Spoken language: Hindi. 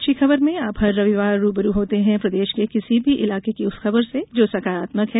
अच्छी खबर में आप हर रविवार रूबरू होते हैं प्रदेश के किसी भी इलाके की उस खबर से जो सकारात्मक है